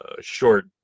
short